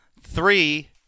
Three